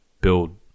build